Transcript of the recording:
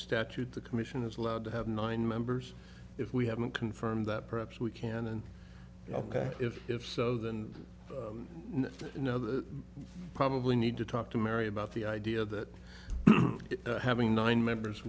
statute the commission is allowed to have nine members if we haven't confirmed that perhaps we can then ok if if so then you know the probably need to talk to mary about the idea that having nine members